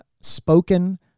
spoken